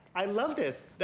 i love this.